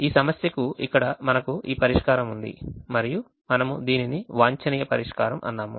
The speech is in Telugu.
ఈ సమస్యకు ఇక్కడ మనకు ఈ పరిష్కారం ఉంది మరియు మనము దీనిని వాంఛనీయ పరిష్కారం అన్నాము